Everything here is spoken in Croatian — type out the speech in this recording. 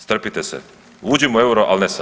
Strpite se, uđimo u euro, ali ne sad.